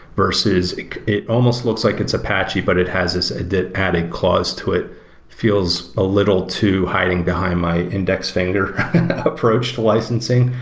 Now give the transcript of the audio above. versus it almost looks like it's apache, but it has this ah added clause to. it feels a little too hiding behind my index finger approach to licensing,